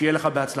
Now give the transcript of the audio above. שיהיה לך בהצלחה.